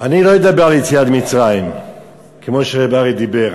אני לא אדבר על יציאת מצרים כמו שדרעי דיבר.